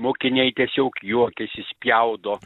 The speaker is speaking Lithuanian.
mokiniai tiesiog juokiasi spjaudo